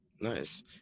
Nice